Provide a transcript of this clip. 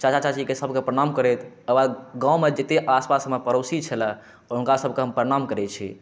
चाचा चाचीके सबके प्रणाम करैत एकर बाद गाममे जते आसपास हमर पड़ोसी छलै हुनका सबके हम प्रणाम करै छी